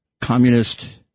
communist